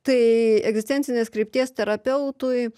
tai egzistencinės krypties terapeutui